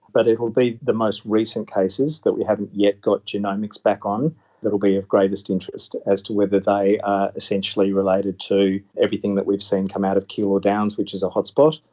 but it will be the most recent cases that we haven't yet got genomics back on that will be of greatest interest as to whether they are essentially related to everything that we've seen come out of keilor downs, which is a hotspot,